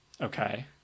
Okay